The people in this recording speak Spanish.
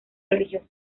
religiosa